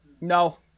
No